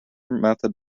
method